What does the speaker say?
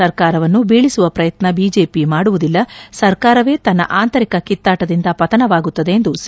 ಸರ್ಕಾರವನ್ನು ಬೀಳಿಸುವ ಪ್ರಯತ್ನ ಬಿಜೆಪಿ ಮಾಡುವುದಿಲ್ಲ ಸರ್ಕಾರವೇ ತನ್ನ ಆಂತರಿಕ ಕಿತ್ತಾಟದಿಂದ ಪತನವಾಗುತ್ತದೆ ಎಂದು ಸಿ